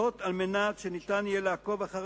זאת על מנת שניתן יהיה לעקוב אחר